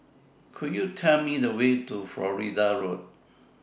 Could YOU Tell Me The Way to Florida Road